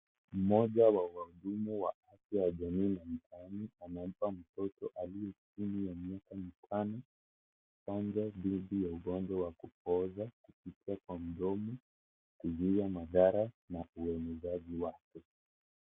Mmoja wa wahudumu wa afya ya jamii na mtaani anampa mtoto aliye chini ya miaka mitano chanjo dhidi ya ugonjwa wa kupooza kupitia kwa mdomo kuzuia madhara na uenezaji wake.